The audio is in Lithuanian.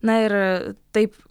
na ir taip